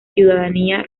ciudadanía